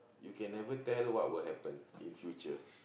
you can never tell what will happen in future